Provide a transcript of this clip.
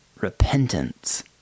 repentance